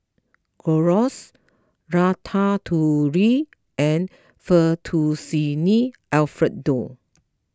Gyros Ratatouille and Fettuccine Alfredo